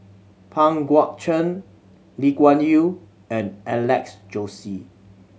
Pang Guek Cheng Lee Kuan Yew and Alex Josey